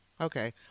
Okay